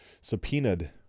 subpoenaed